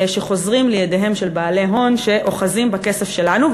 שחוזרים לידיהם של בעלי הון שאוחזים בכסף שלנו,